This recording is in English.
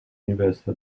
university